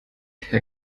herr